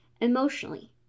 emotionally